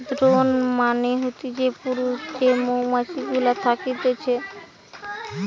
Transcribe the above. drone মানে হতিছে পুরুষ যে মৌমাছি গুলা থকতিছে